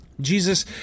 Jesus